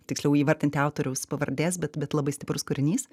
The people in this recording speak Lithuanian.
tiksliau įvardinti autoriaus pavardės bet bet labai stiprus kūrinys